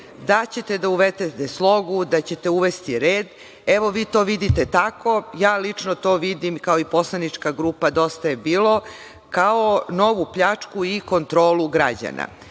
da ćete da uvedete slogu, da ćete uvesti red. Evo, vi to vidite tako. Ja lično to vidim, kao i Poslanička grupa „Dosta je bilo“, kao novu pljačku i kontrolu građana. Stalno